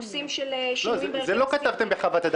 נושאים של שינויים בהרכבי --- לא,